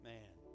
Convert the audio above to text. Man